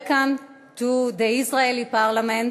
welcome to the Israeli parliament,